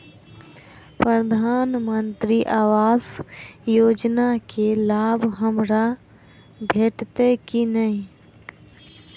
प्रधानमंत्री आवास योजना केँ लाभ हमरा भेटतय की नहि?